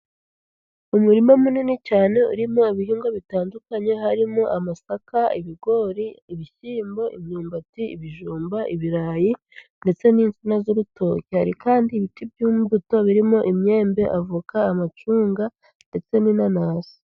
Umurima munini cyane urimo ibihingwa bitandukanye, harimo amasaka, ibigori, ibishyimbo, imyumbati, ibijumba, ibirayi ndetse n'insina z'urutoki, hari kandi ibiti by'imbuto birimo imyembe, avoka, amacunga ndetse n'inanasi.